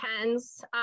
depends